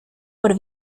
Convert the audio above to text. por